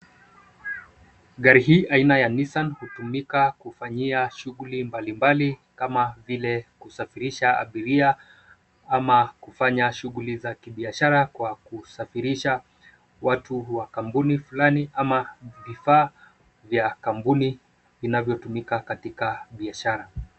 Gari hii aina ya Nissan hutumika kufanyia shughuli mbali mbali kama vile kusafirisha abiria, ama kufanya shughuli za kibiashara kwa kusafirisha watu wa kampuni fulani, ama vifaa vya kampuni vinavyotumika katika biashara.